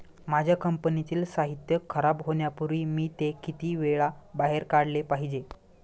माझ्या कंपनीतील साहित्य खराब होण्यापूर्वी मी ते किती वेळा बाहेर काढले पाहिजे?